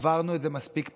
עברנו את זה מספיק פעמים,